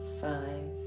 five